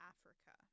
Africa